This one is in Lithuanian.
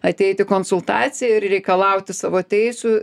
ateit į konsultaciją ir reikalauti savo teisių